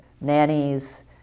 nannies